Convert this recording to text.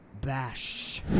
bash